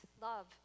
love